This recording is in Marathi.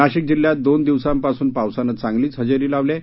नाशिक जिल्ह्यात दोन दिवसांपासून पावसानं चांगली हजेरी लावली आहे